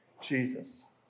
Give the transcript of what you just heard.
Jesus